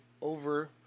over